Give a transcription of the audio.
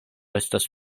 estos